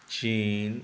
China